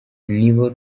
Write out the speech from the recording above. nibo